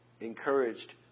encouraged